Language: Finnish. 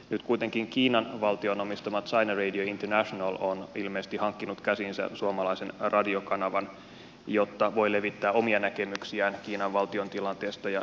nyt kuitenkin kiinan valtion omistama china radio international on ilmeisesti hankkinut käsiinsä suomalaisen radiokanavan jotta voi levittää omia näkemyksiään kiinan valtion tilanteesta ja kiinalaisten asemasta